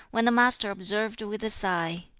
when the master observed with a sigh,